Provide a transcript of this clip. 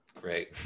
Great